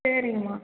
சரிங்கம்மா